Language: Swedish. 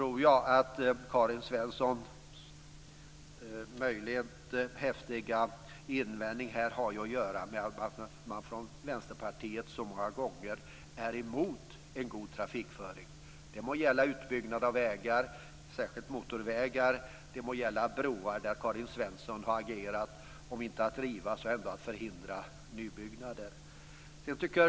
Jag tror att Karin Svensson Smiths häftiga invändning här har att göra med att man från Vänsterpartiet så många gånger är emot en god trafikföring. Det må gälla utbyggnad av vägar, särskilt motorvägar, och det må gälla broar, där Karin Svensson Smith har agerat för att man ska om inte riva så ändå förhindra nybyggnader.